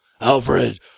Alfred